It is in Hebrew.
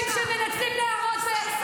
את נכנסת לוועדה,